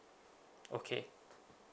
okay